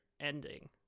ending